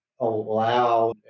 allow